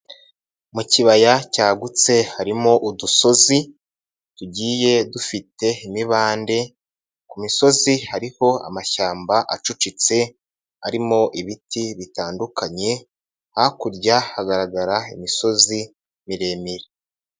Mu kibaya cyagutse harimo udusozi tugiye dufite imibande, ku misozi hariho amashyamba acucetse arimo ibiti bitandukanye, hakurya hagaragara imisozi miremire.